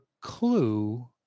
clue